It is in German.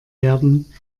werden